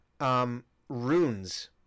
runes